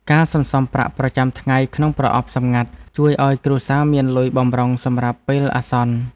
ការសន្សំប្រាក់ប្រចាំថ្ងៃក្នុងប្រអប់សម្ងាត់ ជួយឱ្យគ្រួសារមានលុយបម្រុងសម្រាប់ពេលអាសន្ន។